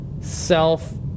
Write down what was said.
self